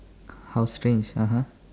how strange (uh huh)